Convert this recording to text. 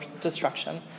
destruction